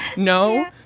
no,